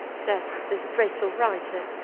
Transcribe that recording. says this graceful writer,